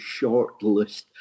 shortlist